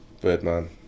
birdman